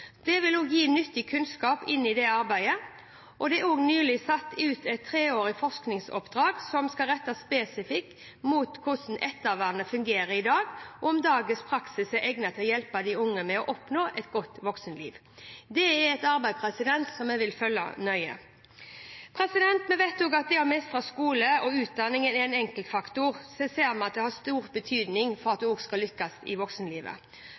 Det vil gi nyttig kunnskap inn i dette arbeidet. Det er også nylig satt ut et treårig forskningsoppdrag som spesifikt skal rettes mot hvordan ettervernet fungerer i dag, og om dagens praksis er egnet til å hjelpe de unge med å oppnå et godt voksenliv. Det er et arbeid jeg vil følge nøye. Vi vet at det å mestre skole og utdanning er en enkeltfaktor som ser ut til å ha stor betydning for om man lykkes i voksenlivet.